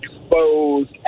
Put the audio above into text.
exposed